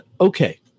okay